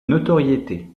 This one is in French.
notoriété